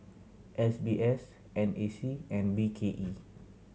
S B S N A C and B K E